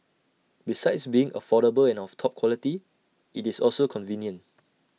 besides being affordable and of top quality IT is also convenient